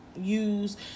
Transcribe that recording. use